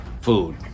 food